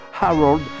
Harold